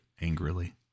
angrily